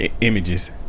images